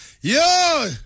Yo